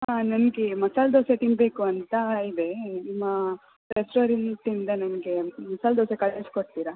ಹಾಂ ನನಗೆ ಮಸಾಲೆ ದೋಸೆ ತಿನ್ಬೇಕು ಅಂತ ಇದೆ ನಿಮ್ಮ ರೆಸ್ಟೋರೆಂಟಿಂದ ನನಗೆ ಮಸಾಲೆ ದೋಸೆ ಕಳಿಸಿಕೊಡ್ತೀರಾ